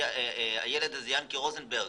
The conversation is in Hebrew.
האם הילד הזה, יענקי רוזנברג,